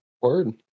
Word